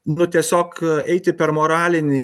nu tiesiog eiti per moralinį